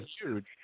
huge